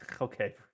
Okay